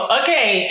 okay